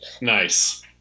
nice